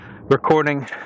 recording